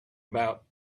about